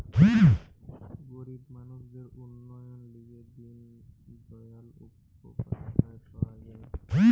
গরিব মানুষদের উন্নতির লিগে দিন দয়াল উপাধ্যায় পাওয়া যায়